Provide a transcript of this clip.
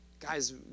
guys